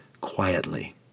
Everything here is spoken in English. quietly